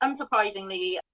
unsurprisingly